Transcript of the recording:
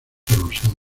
rosado